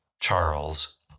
Charles